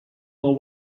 will